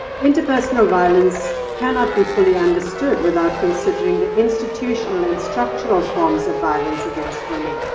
interpersonal violence cannot be fully understood without considering the institutional and structural forms of violence against women.